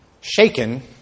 shaken